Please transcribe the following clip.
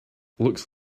looks